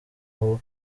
aho